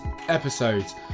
episodes